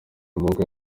amaboko